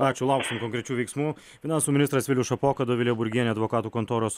ačiū lauksim konkrečių veiksmų finansų ministras vilius šapoka dovilė burgienė advokatų kontoros